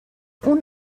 اون